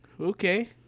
Okay